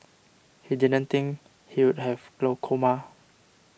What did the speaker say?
he didn't think he would have glaucoma